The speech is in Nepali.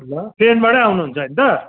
ल ट्रेनबाड आउनु हुन्छ होइन त